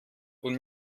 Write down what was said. und